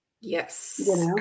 Yes